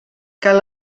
cal